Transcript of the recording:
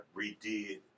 redid